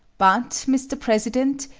but, mr. president,